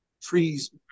trees